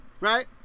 Right